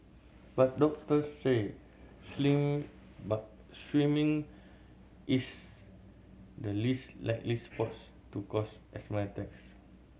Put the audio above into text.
but doctors say but swimming is the least likely sports to cause asthma attacks